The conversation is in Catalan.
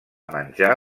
menjar